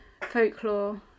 folklore